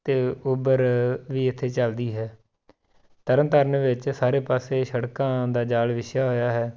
ਅਤੇ ਉਬਰ ਵੀ ਇੱਥੇ ਚਲਦੀ ਹੈ ਤਰਨ ਤਰਨ ਵਿੱਚ ਸਾਰੇ ਪਾਸੇ ਸੜਕਾਂ ਦਾ ਜਾਲ ਵਿਛਿਆ ਹੋਇਆ ਹੈ